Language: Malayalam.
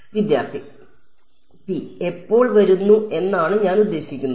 വിദ്യാർത്ഥി എപ്പോൾ വരുന്നു എന്നാണ് ഞാൻ ഉദ്ദേശിക്കുന്നത്